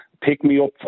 pick-me-up